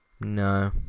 No